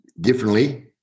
differently